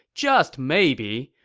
just maybe,